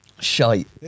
Shite